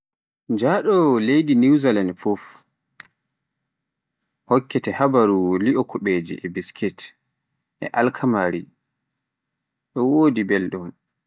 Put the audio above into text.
Njaɗo leydi newzalan fuf, hokkete habaruu, li'o kuɓeje, biskit e alkamari e wodi belɗum.